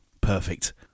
Perfect